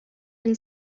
been